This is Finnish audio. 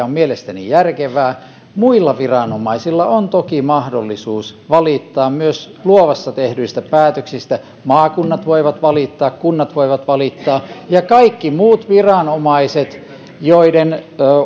on mielestäni järkevää muilla viranomaisilla on toki mahdollisuus valittaa myös luovassa tehdyistä päätöksistä maakunnat voivat valittaa kunnat voivat valittaa ja kaikki muut viranomaiset joiden